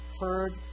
heard